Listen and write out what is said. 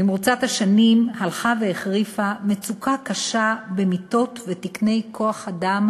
במרוצת השנים מצוקת מיטות האשפוז ותקני כוח-אדם